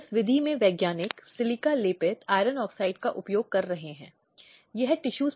सिर्फ एक रात्रि ठहराव का मुद्दा बनाने के लिए कानून की सुरक्षा पाने के लिए लिव इन रिलेशनशिप की प्रकृति को नहीं ले सकते